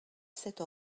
cette